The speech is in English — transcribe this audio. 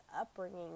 upbringing